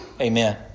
Amen